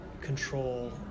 control